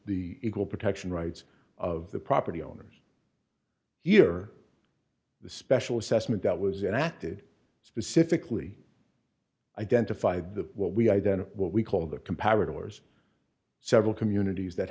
the equal protection rights of the property owners here the special assessment that was and i did specifically identify the what we identify what we call the comparative hours several communities that